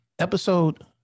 Episode